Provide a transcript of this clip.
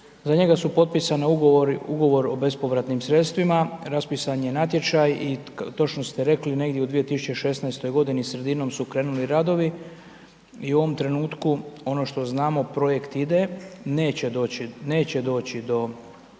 za njega su potpisani ugovor o bespovratnim sredstvima, raspisan je natječaj i točno ste rekli negdje u 2016. godini, sredinom su krenuli radovi i u ovom trenutku ono što znamo projekt ide, neće doći,